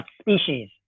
species